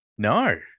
No